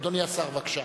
אדוני השר, בבקשה.